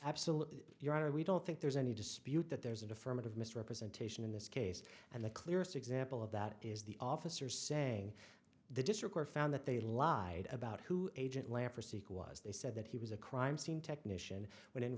absolutely your honor we don't think there's any dispute that there's an affirmative misrepresentation in this case and the clearest example of that is the officer saying the district found that they lied about who agent lanfear seek was they said that he was a crime scene technician w